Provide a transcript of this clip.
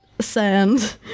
sand